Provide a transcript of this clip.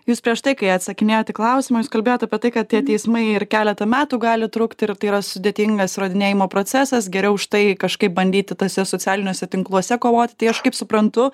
jūs prieš tai kai atsakinėjot į klausimais kalbėjot apie tai kad tie teismai ir keletą metų gali trukti ir tai yra sudėtingas įrodinėjimo procesas geriau už tai kažkaip bandyti tuose socialiniuose tinkluose kovoti tai aš kaip suprantu